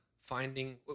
finding